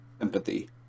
empathy